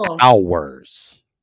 hours